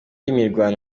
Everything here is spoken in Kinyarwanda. imirwano